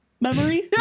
memory